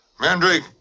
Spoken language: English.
Mandrake